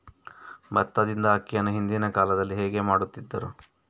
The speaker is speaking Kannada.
ಭತ್ತದಿಂದ ಅಕ್ಕಿಯನ್ನು ಹಿಂದಿನ ಕಾಲದಲ್ಲಿ ಹೇಗೆ ಮಾಡುತಿದ್ದರು?